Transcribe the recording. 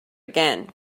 again